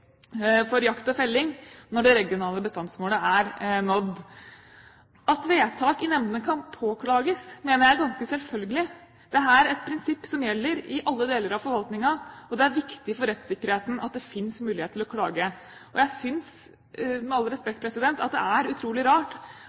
for jakt og felling når det regionale bestandsmålet er nådd. At vedtak i nemndene kan påklages, mener jeg er ganske selvfølgelig. Det er et prinsipp som gjelder i alle deler av forvaltningen, og det er viktig for rettssikkerheten at det finnes mulighet til å klage. Jeg synes – med all respekt – at det er utrolig rart